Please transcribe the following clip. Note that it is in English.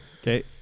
Okay